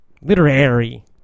literary